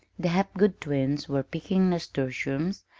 the hapgood twins were picking nasturtiums,